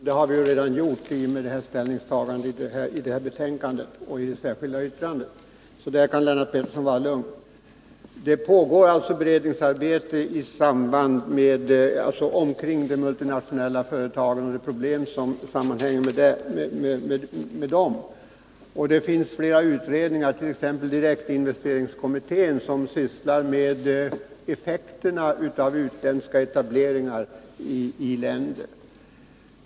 Herr talman! Det ställningstagande det här gäller har centerpartiet redan gjort i och med det vi har anfört i vårt särskilda yttrande. Lennart Pettersson kan alltså vara lugn. Det pågår beredningsarbete kring de multinationella företagen och de problem som sammanhänger med dem. Det finns flera utredningar, t.ex. direktinvesteringskommittén, som sysslar med effekterna av utländska etableringar i i-länder.